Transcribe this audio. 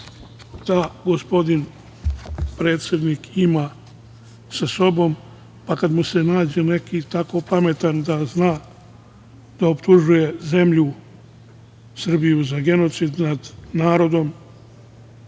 da gospodin predsednik ima sa sobom, a kad mu se nađe neki tako pametan, da zna da optužuje zemlju Srbiju za genocid nad narodom,